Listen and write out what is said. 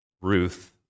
Ruth